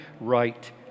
right